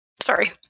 sorry